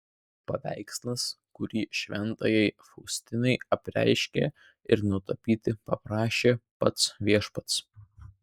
paveikslas kurį šventajai faustinai apreiškė ir nutapyti paprašė pats viešpats